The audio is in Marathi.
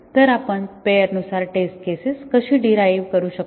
तर आपण पेअर नुसार टेस्ट केसेस कशी डीराईव्ह करू शकतो